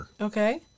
Okay